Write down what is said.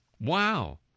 Wow